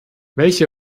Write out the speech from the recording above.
welche